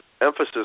emphasis